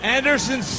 Anderson